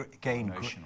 gain